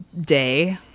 day